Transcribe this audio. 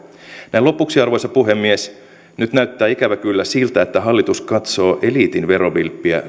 näin lopuksi arvoisa puhemies nyt näyttää ikävä kyllä siltä että hallitus katsoo eliitin verovilppiä